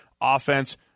offense